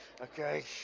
okay